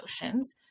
emotions